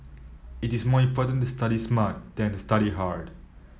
it is more important to study smart than to study hard